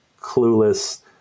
clueless